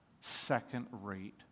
second-rate